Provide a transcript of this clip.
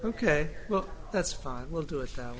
ok well that's fine we'll do it s